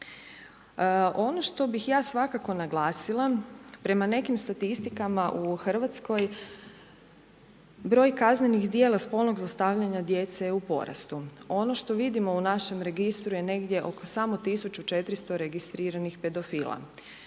Ono što bih ja svakako naglasila, prema nekim statistikama u Hrvatskoj, broj kaznenih djela spolnog zlostavljanja djece je u porastu. Ono što vidimo u našem registru je negdje oko samo 1400 registriranih pedofila,